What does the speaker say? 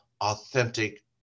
authentic